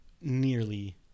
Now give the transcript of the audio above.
nearly